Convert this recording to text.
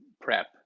PrEP